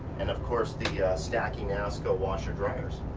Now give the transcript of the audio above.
and of course the stacking enasco washer dryers.